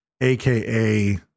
aka